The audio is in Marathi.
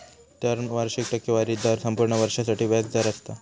टर्म वार्षिक टक्केवारी दर संपूर्ण वर्षासाठी व्याज दर असता